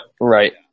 Right